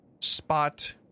spot